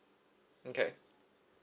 okay